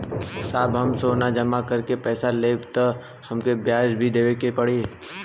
साहब हम सोना जमा करके पैसा लेब त हमके ब्याज भी देवे के पड़ी?